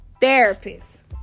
therapist